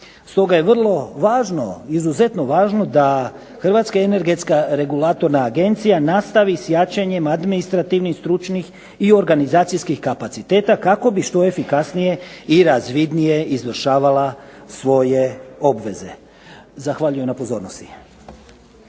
Stoga je vrlo važno, izuzetno važno da Hrvatska energetska regulatorna agencija nastavi s jačanjem administrativnih, stručnih i organizacijskih kapaciteta, kako bi što efikasnije i razvidnije izvršavala svoje obveze. Zahvaljujem na pozornosti.